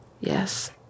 Yes